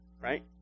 right